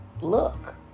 Look